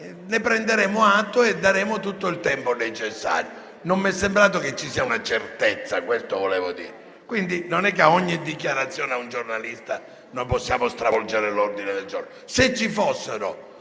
ne prenderemo atto e daremo tutto il tempo necessario. Non mi è sembrato che ci fosse una certezza: questo volevo dire. Ad ogni dichiarazione a un giornalista, noi non possiamo stravolgere l'ordine del giorno. Se ci fossero